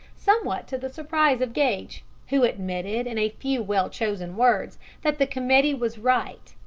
somewhat to the surprise of gage, who admitted in a few well-chosen words that the committee was right,